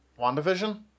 wandavision